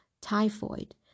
typhoid